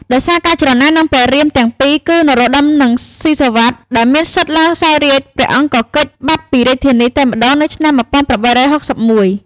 ដោយសារការច្រណែននឹងព្រះរាមទាំងពីរគឺនរោត្តម និងស៊ីសុវត្ថិ ដែលមានសិទ្ធិឡើងសោយរាជ្យ ព្រះអង្គក៏គេចបាត់ពីរាជធានីតែម្ដងនៅឆ្នាំ ១៨៦១។